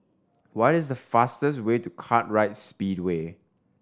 what is the fastest way to Kartright Speedway